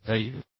तरAE